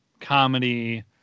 comedy